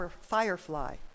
Firefly